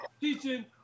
teaching